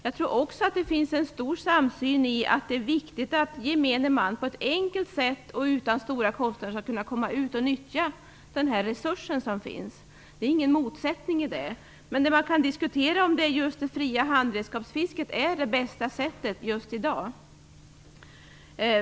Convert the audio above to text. Jag tror också att det finns en samsyn i hur viktigt det är att gemene man på ett enkelt sätt och utan stora kostnader skall kunna komma ut och nyttja den här resursen. Det ligger ingen motsättning i det. Men det man kan diskutera är om just det fria handredskapsfisket är det bästa sättet just i dag.